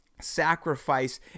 sacrifice